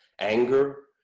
anger